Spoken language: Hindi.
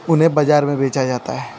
उन्हें बाज़ार में बेचा जाता है